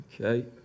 Okay